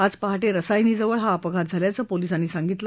आज पहाटे रसायनीजवळ हा अपघात झाल्याचं पोलिसांनी सांगितलं